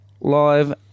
live